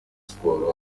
siporo